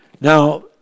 now